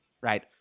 right